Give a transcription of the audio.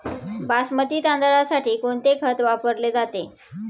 बासमती तांदळासाठी कोणते खत वापरले जाते?